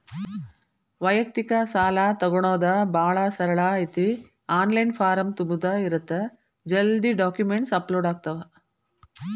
ವ್ಯಯಕ್ತಿಕ ಸಾಲಾ ತೊಗೋಣೊದ ಭಾಳ ಸರಳ ಐತಿ ಆನ್ಲೈನ್ ಫಾರಂ ತುಂಬುದ ಇರತ್ತ ಜಲ್ದಿ ಡಾಕ್ಯುಮೆಂಟ್ಸ್ ಅಪ್ಲೋಡ್ ಆಗ್ತಾವ